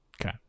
Okay